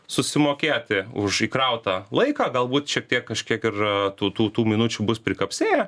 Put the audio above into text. susimokėti už įkrautą laiką galbūt šiek tiek kažkiek ir tų tų tų minučių bus prikapsėję